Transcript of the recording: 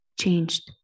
changed